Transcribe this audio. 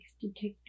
Detective